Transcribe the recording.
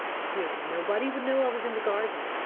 still, nobody would know i was in the garden,